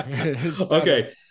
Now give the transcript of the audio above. Okay